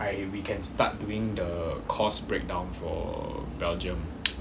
I we can start doing the cost breakdown for belgium